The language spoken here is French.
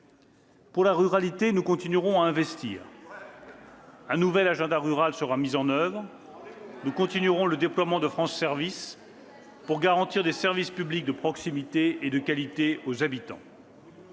Pour la ruralité, nous continuerons à investir. Un nouvel agenda rural sera mis en oeuvre. Nous continuerons le déploiement des maisons France Services, pour garantir des services publics de proximité et de qualité aux habitants.